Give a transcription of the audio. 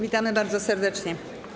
Witamy bardzo serdecznie.